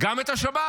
גם את השב"כ